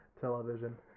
television